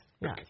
Yes